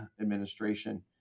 administration